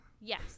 Yes